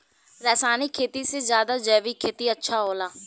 रासायनिक खेती से ज्यादा जैविक खेती अच्छा होला